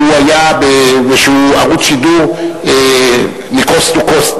שהוא ערוץ שידור Coast to coast,